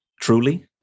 truly